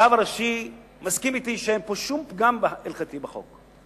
הרב הראשי מסכים אתי שאין פה שום פגם הלכתי בחוק.